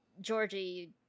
Georgie